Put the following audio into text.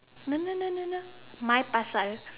no no no no no my Pasar